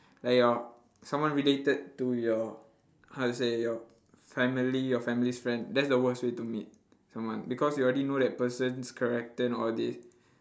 like your someone related to your how to say your family your family's friend that's the worst way to meet someone because you already know the person's character and all this